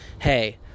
hey